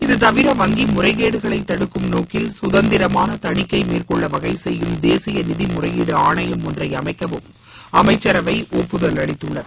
இதுதவிர வங்கி முறைகேடுகளை தடுக்கும் நோக்கில் சுதந்திரமான தணிக்கை மேற்கொள்ள வகைசெய்யும் தேசிய நிதி முறையீடு ஆணையம் ஒன்றை அமைக்கவும் அமைக்சரவை ஒப்புதல் அளித்துள்ளது